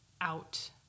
out